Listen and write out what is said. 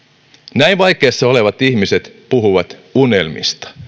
näin vaikeassa tilanteessa olevat ihmiset puhuvat unelmista